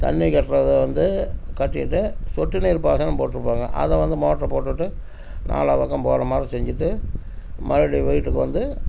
தண்ணி கட்டுறத வந்து கட்டிவிட்டு சொட்டு நீர்பாசனம் போட்டிருப்பாங்க அதை வந்து மோட்ரு போட்டு விட்டு நாலா பக்கமும் போகிற மாதிரி செஞ்சுட்டு மறுபடியும் வீட்டுக்கு வந்து